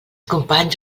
companys